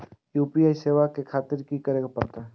UPI सेवा ले खातिर की करे परते?